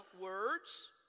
words